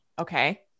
Okay